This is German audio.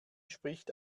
spricht